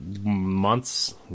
months